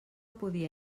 podia